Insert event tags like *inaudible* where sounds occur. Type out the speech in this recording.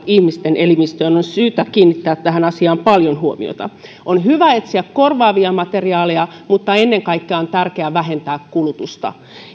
*unintelligible* ihmisten elimistöön on syytä kiinnittää tähän asiaan paljon huomiota on hyvä etsiä korvaavia materiaaleja mutta ennen kaikkea on tärkeää vähentää kulutusta